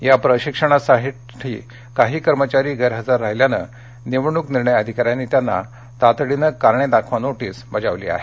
या प्रशिक्षणासाठी काही कर्मचारी गैरहजर राहिल्यामुळे निवडणूक निर्णय अधिकाऱ्यांनी त्यांना तातडीनं कारणे दाखवा नोटीस बजावली आहे